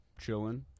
chilling